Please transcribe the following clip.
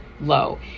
low